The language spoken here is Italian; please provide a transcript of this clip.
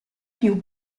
più